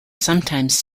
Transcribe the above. sometimes